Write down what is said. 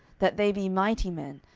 that they be mighty men,